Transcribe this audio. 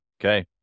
Okay